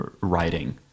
writing